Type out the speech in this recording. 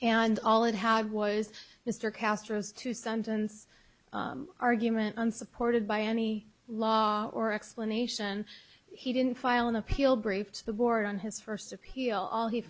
and all it had was mr castro's two sentence argument unsupported by any law or explanation he didn't file an appeal braved the board on his first appeal all he